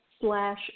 slash